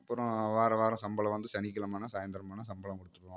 அப்புறம் வாரம் வாரம் சம்பளம் வந்து சனிக்கிழம ஆனால் சாயந்தரமானா சம்பளம் கொடுத்துடுவோம்